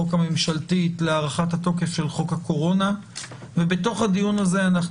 החוק הממשלתית להארכת תוקף חוק הקורונה ובתוך הדיון הזה גם